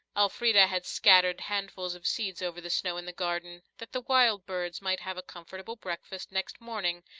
elfrida had scattered handfuls of seeds over the snow in the garden, that the wild birds might have a comfortable breakfast next morning,